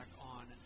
on